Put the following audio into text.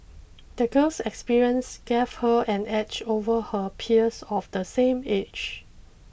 the girl's experience gave her an edge over her peers of the same age